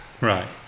Right